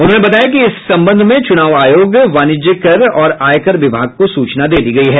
उन्होंने बताया कि इस संबंध में चुनाव आयोग वाणिज्य कर और आयकर विभाग को सूचना दे दी गई है